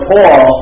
Paul